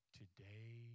today